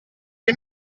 che